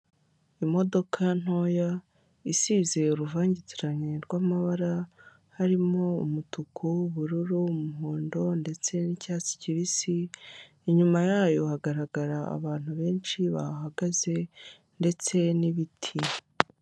Imodoka ntoya isize uruvangitirane rw'amabara harimo umutuku, ubururu ,umuhondo ndetse n'icyatsi kibisi, inyuma yayo hagaragara abantu benshi bahahagaze ndetse n'ibiti.